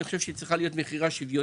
אני חושב שהיא צריכה להיות מכירה שוויונית.